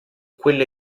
quelle